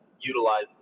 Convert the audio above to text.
utilize